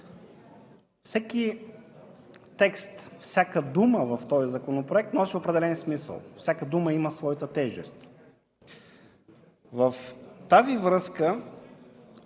всеки текст, всяка дума в този законопроект носи определен смисъл. Всяка дума има своята тежест. В тази връзка,